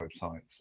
websites